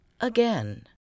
again